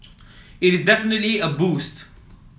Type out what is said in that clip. it is definitely a boost